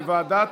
לוועדה